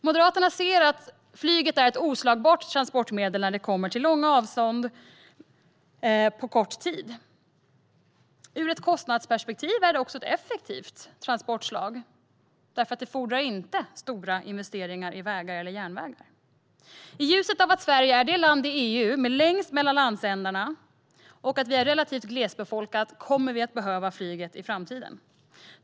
Moderaterna ser att flyget är ett oslagbart transportmedel när det gäller transporter över långa avstånd på kort tid. Ur ett kostnadsperspektiv är det också ett effektivt transportslag därför att det inte fordrar stora investeringar i vägar eller järnvägar. I ljuset av att Sverige är det land i EU som har längst mellan landsändarna och är relativt glesbefolkat kommer vi att behöva flyget i framtiden.